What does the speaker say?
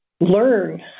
learn